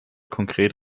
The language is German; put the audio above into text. konkret